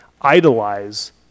idolize